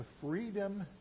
freedom